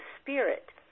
spirit